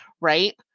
Right